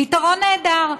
פתרון נהדר.